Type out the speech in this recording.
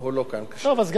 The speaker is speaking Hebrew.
טוב, אז גפני, הוא פה.